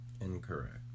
Incorrect